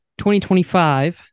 2025